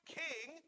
king